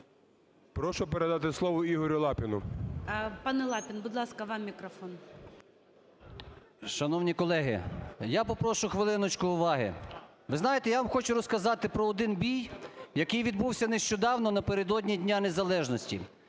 Прошу передати слово Ігорю Лапіну. ГОЛОВУЮЧИЙ. Пане Лапін, будь ласка, вам мікрофон. 17:13:04 ЛАПІН І.О. Шановні колеги, я попрошу хвилиночку уваги. Ви знаєте, я вам хочу розказати про один бій, який відбувся нещодавно, напередодні Дня незалежності.